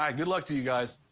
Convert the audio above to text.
um good luck to you guys.